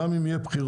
גם אם יהיו בחירות.